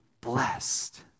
blessed